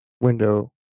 window